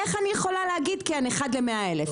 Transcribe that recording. איך אני יכולה להגיד כן 1 ל- 100 אלף,